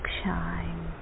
shine